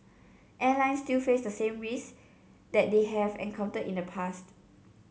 airlines still face the same risk that they have encountered in the past